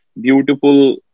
beautiful